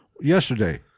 yesterday